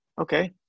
okay